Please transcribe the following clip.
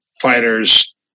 fighter's